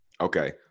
Okay